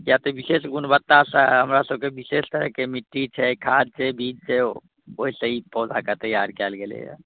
किएक तऽ विशेष गुणवत्तासँ हमरा सबके विशेष तरहके मिट्टी छै खाद छै बीज छै ओहिसँ ई पौधाके तैआर कएल गेलै हँ